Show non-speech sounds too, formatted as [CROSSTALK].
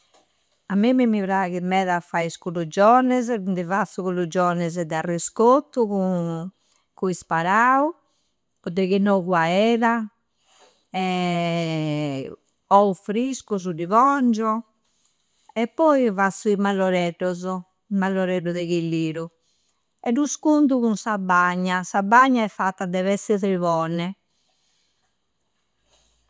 A mimmi mi praghi meda a fai is cugurgionese, di fazzu cugurgionese de arrescottu cun cu isparau, o che de chi no cu adega. [HESITATION] Ou friscusu di pongio e poi fazzu i malloreddoso. Malloreddo de chilliru e dus cundu cun sa bagna. Sa bagna è fatta de pezze e zribone.